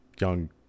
young